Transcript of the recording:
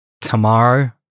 tomorrow